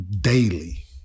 daily